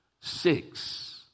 six